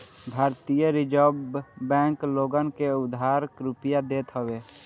भारतीय reserve bank लोगन के उधार रुपिया देत हवे